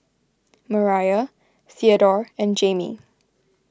Mariah theadore and Jamey